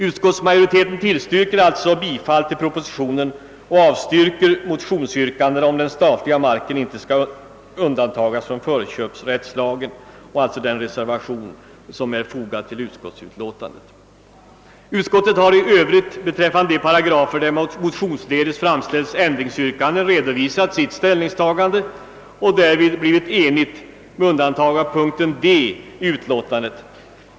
Utskottsmajoriteten tillstyrker således propositionen och avstyrker motionsyrkandena om att den statliga marken inte skall undantas från förköpsrättslagen liksom även den reservation som är fogad till utskottsutlåtandet. Utskottet har i övrigt beträffande de paragrafer, där det motionsledes framställts ändringsyrkanden, redovisat sitt ställningstagande och därvid blivit enigt med undantag för vad gäller punkten D i utlåtandet.